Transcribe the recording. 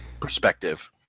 perspective